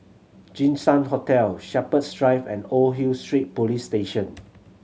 Jinshan Hotel Shepherds Drive and Old Hill Street Police Station